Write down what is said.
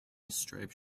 striped